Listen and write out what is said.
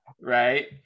Right